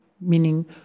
meaning